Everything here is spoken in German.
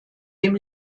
dem